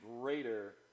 greater